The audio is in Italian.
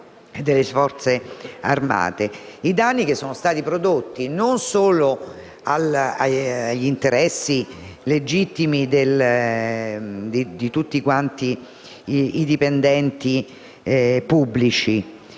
danni che sono stati prodotti non solo agli interessi legittimi di tutti i dipendenti pubblici,